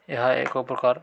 ଏହା ଏକ ପ୍ରକାର